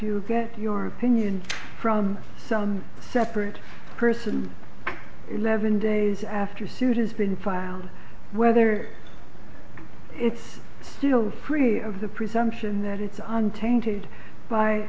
you get your opinion from some separate person eleven days after suit has been filed whether it's still free of the presumption that it's on tainted by